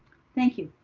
thank you,